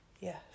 Yes